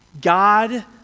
God